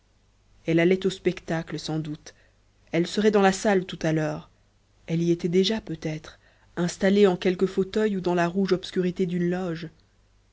elle allait au spectacle sans doute elle serait dans la salle tout à l'heure elle y était déjà peut-être installée en quelque fauteuil ou dans la rouge obscurité d'une loge